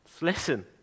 Listen